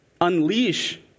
unleash